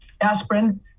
Aspirin